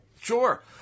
Sure